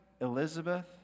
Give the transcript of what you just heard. Elizabeth